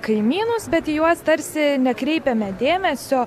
kaimynus bet į juos tarsi nekreipiame dėmesio